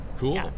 Cool